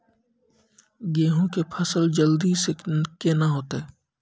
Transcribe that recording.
गेहूँ के फसल जल्दी से के ना होते?